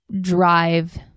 drive